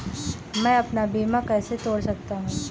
मैं अपना बीमा कैसे तोड़ सकता हूँ?